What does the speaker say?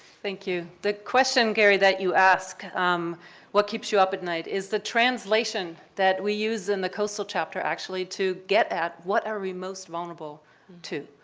thank you. the question, gary, that you ask um what keeps you up at night? is the translation that we use in the coastal chapter actually to get at what are we most vulnerable to?